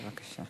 בבקשה.